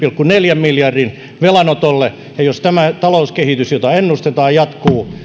neljän miljardin velanotolle ja jos tämä talouskehitys jota ennustetaan jatkuu